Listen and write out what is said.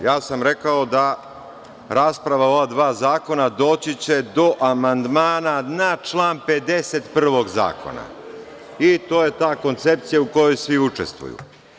Rekao sam da rasprava o ova dva zakona doći će do amandmana na član 51. zakona, i to je ta koncepcija u kojoj svi učestvuju.